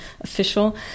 official